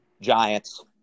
Giants